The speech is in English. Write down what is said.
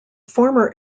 former